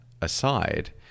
aside